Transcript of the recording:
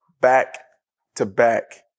back-to-back